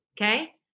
Okay